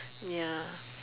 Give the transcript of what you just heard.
ya